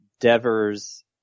Devers